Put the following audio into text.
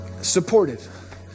supportive